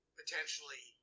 potentially